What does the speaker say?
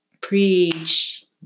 preach